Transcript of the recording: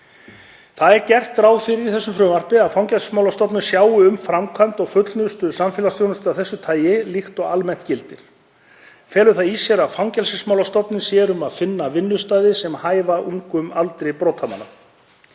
Gert er ráð fyrir að Fangelsismálastofnun sjái um framkvæmd og fullnustu samfélagsþjónustu af þessu tagi líkt og almennt gildir. Felur það í sér að Fangelsismálastofnun sér um að finna vinnustaði sem hæfa ungum aldri brotamanns.